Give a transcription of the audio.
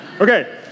Okay